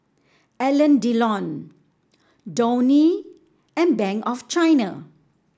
Alain Delon Downy and Bank of China